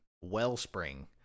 wellspring